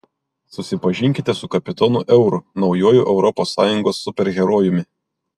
susipažinkite su kapitonu euru naujuoju europos sąjungos superherojumi